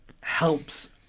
helps